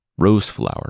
Roseflower